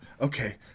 Okay